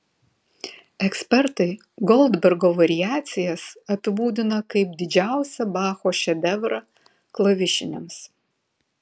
ekspertai goldbergo variacijas apibūdina kaip didžiausią bacho šedevrą klavišiniams